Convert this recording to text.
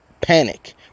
panic